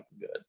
good